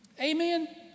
Amen